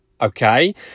okay